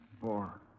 Four